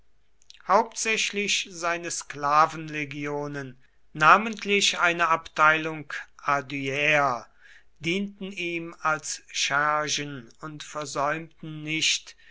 hauptsächlich seine sklavenlegionen namentlich eine abteilung ardyäer dienten ihm als schergen und versäumten nicht